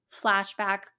flashback